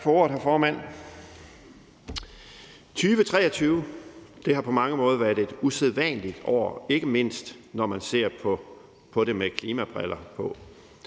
Tak for ordet, hr. formand. 2023 har på mange måder været et usædvanligt år, ikke mindst når man ser på det med klimabriller på.